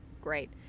Great